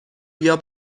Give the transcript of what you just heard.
بیا